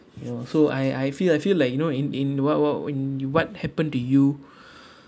ya so I I feel I feel like you know in in what what in you what happen to you